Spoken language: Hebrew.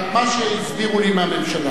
רק מה שהסבירו לי מהממשלה,